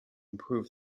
improve